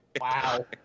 Wow